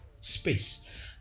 space